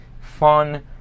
fun